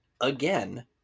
again